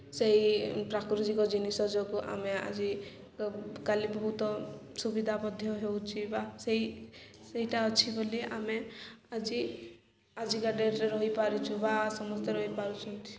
ସେହି ପ୍ରାକୃତିକ ଜିନିଷ ଯୋଗୁଁ ଆମେ ଆଜି କାଲି ବହୁତ ସୁବିଧା ମଧ୍ୟ ହେଉଛି ବା ସେହି ସେଇଟା ଅଛି ବୋଲି ଆମେ ଆଜି ଆଜିକା ଡେଟ୍ରେ ରହିପାରୁଛୁ ବା ସମସ୍ତେ ରହିପାରୁଛନ୍ତି